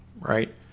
right